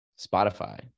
Spotify